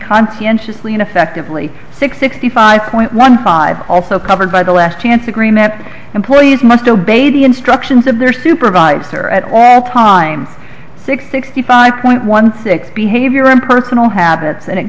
ineffectively six sixty five point one five also covered by the last chance agreement employees must obey the instructions of their supervisor at all times six sixty five point one six behavior in personal habits and it